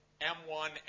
M1